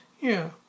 Yeah